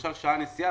למשל שעה נסיעה,